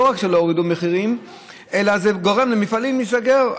אבל לא רק שלא יהדו המחירים אלא זה גורם למפעלים להיסגר.